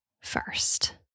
first